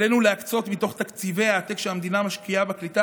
עלינו להקצות מתוך תקציבי העתק שהמדינה משקיעה בקליטה